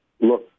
look